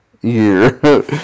year